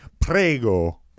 Prego